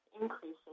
increasing